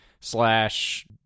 slash